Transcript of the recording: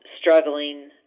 struggling